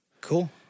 Cool